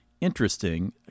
interesting